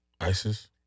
ISIS